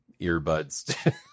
earbuds